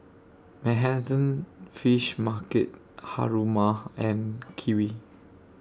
Manhattan Fish Market Haruma and Kiwi